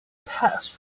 passed